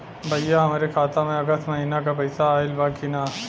भईया हमरे खाता में अगस्त महीना क पैसा आईल बा की ना?